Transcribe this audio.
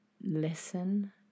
listen